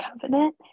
covenant